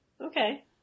Okay